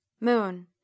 Moon